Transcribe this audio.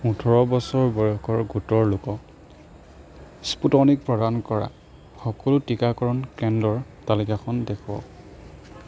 ওঠৰ বছৰ বয়সৰ গোটৰ লোকক স্পুটনিক প্ৰদান কৰা সকলো টীকাকৰণ কেন্দ্ৰৰ তালিকাখন দেখুৱাওক